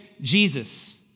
Jesus